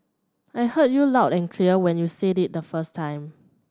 I heard you loud and clear when you said it the first time